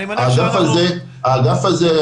האגף הזה,